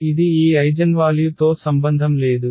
ఇది ఈ ఐగెన్వాల్యు తో సంబంధం లేదు